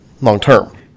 long-term